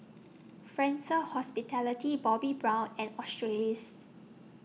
Fraser Hospitality Bobbi Brown and Australis's